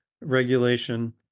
regulation